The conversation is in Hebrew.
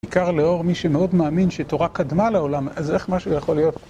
בעיקר לאור מי שמאוד מאמין שתורה קדמה לעולם, אז איך משהו יכול להיות?